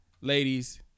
ladies